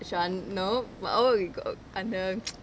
shaan no but I know we got அந்த:antha